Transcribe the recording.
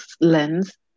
lens